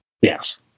Yes